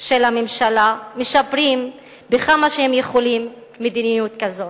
של הממשלה, משפרים כמה שהם יכולים מדיניות כזאת.